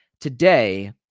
today